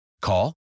Call